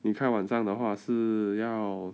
你开晚上的话是要